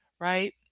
right